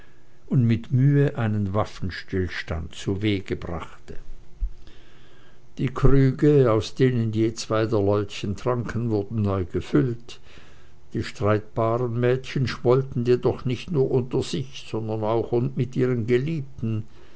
und mit mühe einen waffenstillstand zuweg brachte die krüge aus denen je zwei der leutchen tranken wurden neu gefüllt die streitbaren mädchen schmollten jedoch nicht nur unter sich sondern auch mit ihren geliebten